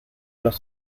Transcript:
los